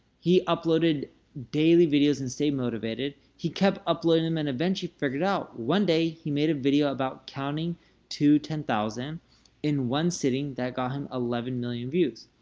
he uploaded daily videos and stayed motivated, he kept uploading them and eventually figured out, one day he made a video about counting to ten thousand in one sitting, that got him eleven million views.